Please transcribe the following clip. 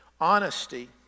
honesty